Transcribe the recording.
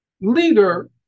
leader